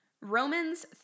Romans